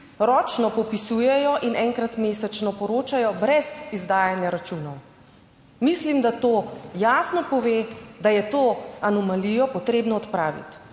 ročno popisujejo in enkrat mesečno poročajo brez izdajanja računov. Mislim, da to jasno pove, da je to anomalijo potrebno odpraviti